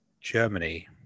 Germany